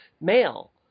male